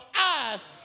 eyes